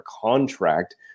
contract